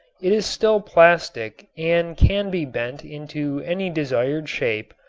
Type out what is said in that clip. it is still plastic and can be bent into any desired shape,